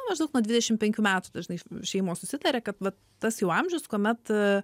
nu maždaug nuo dvidešimt penkių metų dažnai šeimos susitaria kad va tas jau amžius kuomet